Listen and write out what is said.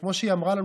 כמו שהיא אמרה לנו,